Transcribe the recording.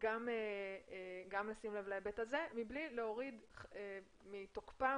גם לשים לב להיבט הזה מבלי להוריד מתוקפם